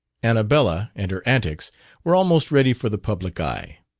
annabella and her antics were almost ready for the public eye.